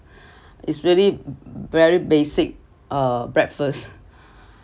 is really very basic uh breakfast